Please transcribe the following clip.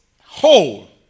whole